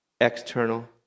external